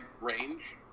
range